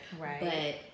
Right